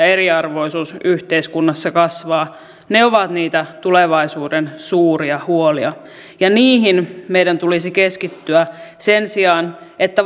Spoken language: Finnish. eriarvoisuus yhteiskunnassa kasvaa ne ovat niitä tulevaisuuden suuria huolia ja niihin meidän tulisi keskittyä sen sijaan että